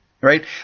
right